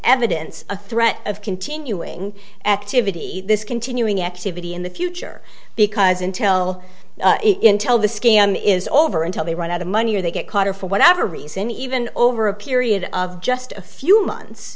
evidence a threat of continuing activity this continuing activity in the future because until intel the scam is over until they run out of money or they get caught or for whatever reason even over a period of just a few months